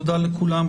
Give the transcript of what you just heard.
תודה לכולם.